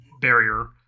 barrier